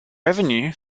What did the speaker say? revenue